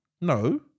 No